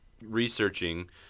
researching